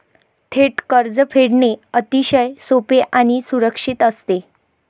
थेट कर्ज फेडणे अतिशय सोपे आणि सुरक्षित असते